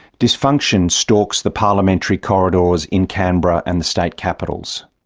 dysfunction stalks the parliamentary corridors in canberra and the state capitals.